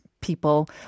people